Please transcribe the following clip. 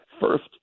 first